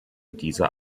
diese